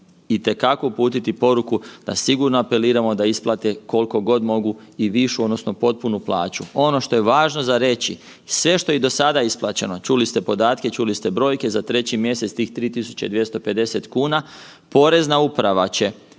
itekako uputiti poruku da sigurno apeliramo da isplate kolko god mogu i višu odnosno potpunu plaću. Ono što je važno za reći, sve što je i do sada isplaćeno, čuli ste podatke, čuli ste brojke, za 3 mjesec tih 3.250,00 kn, porezna uprava će